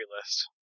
list